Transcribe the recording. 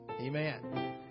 Amen